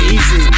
Easy